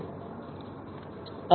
यह भी किया जाता है